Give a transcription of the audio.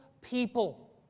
people